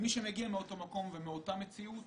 כמי שמגיע מאותו מקום ומאותה מציאות,